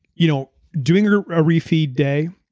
you know doing ah a re-feed day,